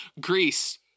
Greece